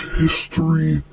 history